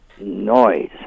noise